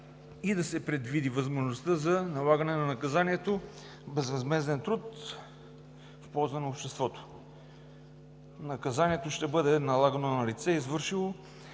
да се предвиди и възможността за налагане на наказанието безвъзмезден труд в полза на обществото. Наказанието ще бъде налагано на лице, извършващо